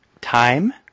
Time